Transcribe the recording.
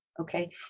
Okay